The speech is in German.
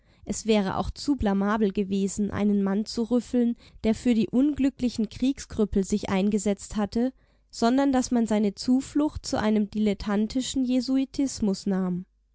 es wäre auch zu blamabel gewesen einen mann zu rüffeln der für die unglücklichen kriegskrüppel sich eingesetzt hatte sondern daß man seine zuflucht zu einem dilettantischen jesuitismus nahm